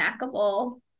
snackable